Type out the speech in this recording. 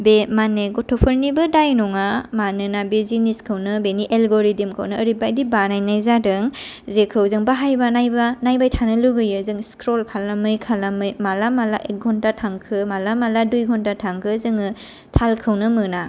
बे मानि गथ'फोरनिबो दाय नङा मानोना बे जिनिसखौनो बेनि एलग'रिडिमखौनो ओरैबादि बानायनाय जादों जेखौ जों बाहायबा नायबा नायबायथानो लुबैयो जों स्क्रल खालामै खालामै माला माला एक घण्टा थांखो माला माला दुइ घण्टा थांखो जोङो थालखौनो मोना